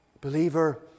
Believer